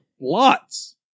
Lots